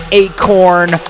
acorn